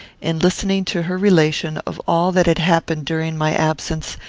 in listening to her relation of all that had happened during my absence,